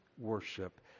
worship